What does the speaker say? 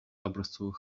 образцовый